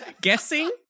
Guessing